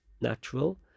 natural